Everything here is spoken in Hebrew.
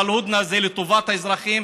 אבל הודנה זה לטובת האזרחים,